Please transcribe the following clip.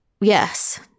yes